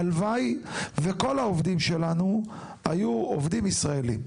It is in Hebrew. הלוואי וכל העובדים שלנו היו עובדים ישראלים,